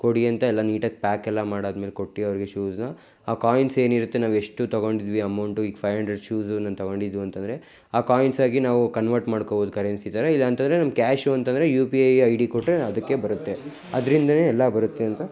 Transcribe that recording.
ಕೊಡಿ ಅಂತ ಎಲ್ಲ ನೀಟಾಗಿ ಪ್ಯಾಕೆಲ್ಲ ಮಾಡಿ ಆದ್ಮೇಲ್ ಕೊಟ್ಟು ಅವ್ರಿಗೆ ಶೂಸನ್ನ ಆ ಕಾಯಿನ್ಸ್ ಏನಿರುತ್ತೆ ನಾವು ಎಷ್ಟು ತೊಗೊಂಡಿದ್ವಿ ಅಮೌಂಟು ಈಗ್ ಫೈವ್ ಹಂಡ್ರೆಡ್ ಶೂಸು ನಾನು ತೊಗೊಂಡಿದ್ದು ಅಂತಂದರೆ ಆ ಕಾಯಿನ್ಸ್ ಆಗಿ ನಾವು ಕನ್ವರ್ಟ್ ಮಾಡ್ಕೋಬೋದು ಕರೆನ್ಸಿ ಥರ ಇಲ್ಲ ಅಂತಂದರೆ ನಮ್ಮ ಕ್ಯಾಶು ಅಂತಂದರೆ U P I I D ಕೊಟ್ಟರೆ ಅದಕ್ಕೆ ಬರುತ್ತೆ ಅದರಿಂದನೇ ಎಲ್ಲ ಬರುತ್ತೆ ಅಂತ